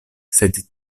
sed